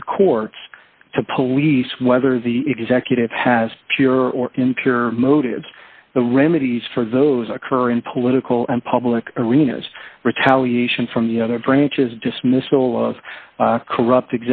to the courts to police whether the executive has pure or impure motives the remedies for those occur in political and public arenas retaliation from the other branches dismissal of corrupt